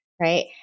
right